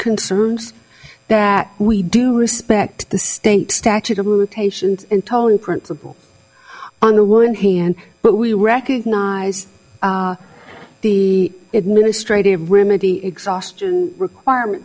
concerns that we do respect the state statute of limitations in tolly principle on the one hand but we recognize the administrative remedy exhaustion requirement